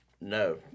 No